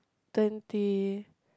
twenty